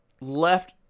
Left